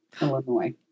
Illinois